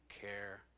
care